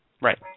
Right